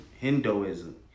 Hinduism